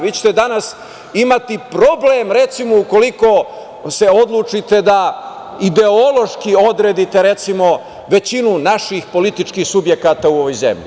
Vi ćete danas imati problem, recimo, ukoliko se odlučite da ideološki odredite većinu naših političkih subjekata u ovoj zemlji.